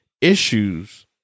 issues